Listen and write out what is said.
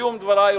בסיום דברי,